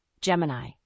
Gemini